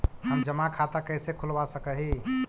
हम जमा खाता कैसे खुलवा सक ही?